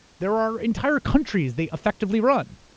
there are entire countries they effectively run.